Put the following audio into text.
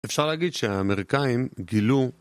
אפשר להגיד שהאמריקאים גילו